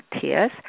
Tears